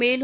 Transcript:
மேலும்